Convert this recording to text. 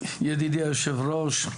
ידידי היושב ראש,